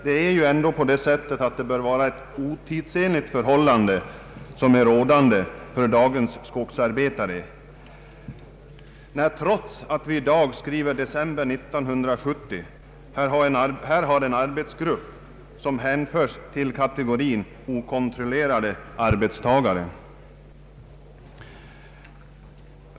De förhållanden som råder för dagens skogsarbetare måste betecknas som otidsenliga, när vi trots att vi i dag skriver december 1970 har en arbetargrupp som hänförs till kategorin okontrollerade arbetstagare.